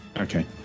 Okay